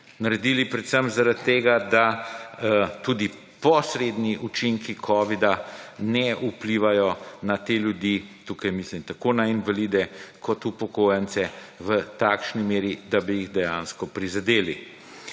Naredili predvsem zaradi tega, da tudi posredni učinki Covid-a ne vplivajo na te ljudi. Tukaj mislim tako na invalide, kot upokojence, v takšni meri, da bi jih dejansko prizadeli.